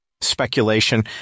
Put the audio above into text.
speculation